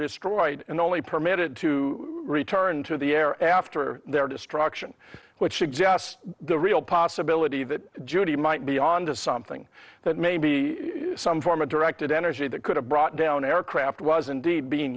destroyed and only permitted to return to the air after their destruction which suggests the real possibility that judy might be on to something that may be some form of directed energy that could have brought down aircraft was indeed being